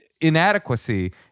inadequacy